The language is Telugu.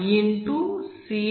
d2i